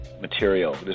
material